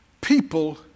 people